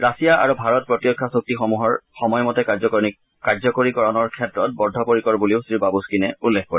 Russia আৰু ভাৰত প্ৰতিৰক্ষা চুক্তি সমূহৰ সময়মতে কাৰ্যকৰীকৰণৰ ক্ষেত্ৰত বদ্ধপৰিকৰ বুলিও শ্ৰীবাবুস্থিনে উল্লেখ কৰে